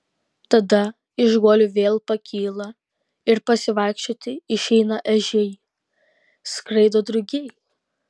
tada iš guolių vėl pakyla ir pasivaikščioti išeina ežiai skraido drugiai